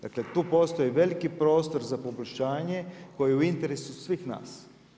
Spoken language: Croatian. Dakle, tu postoji veliki prostor za poboljšanje koji je u interesu svih nas.